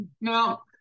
Now